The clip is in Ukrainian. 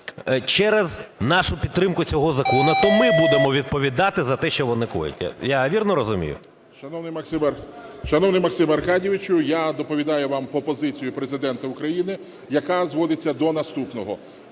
через нашу підтримку цього закону, то ми будемо відповідати за те, що вони коять? Я вірно розумію? 13:06:46 СТЕФАНЧУК Р.О. Шановний Максиме Аркадійовичу, я доповідаю вам по позиції Президента України, яка зводиться до наступного.